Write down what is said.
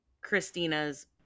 Christina's